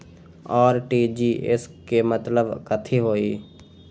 RTGS के मतलब कथी होइ?